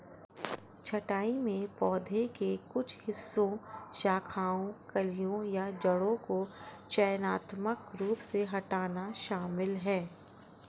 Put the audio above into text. छंटाई में पौधे के कुछ हिस्सों शाखाओं कलियों या जड़ों को चयनात्मक रूप से हटाना शामिल है